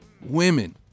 Women